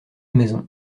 maisons